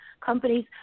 companies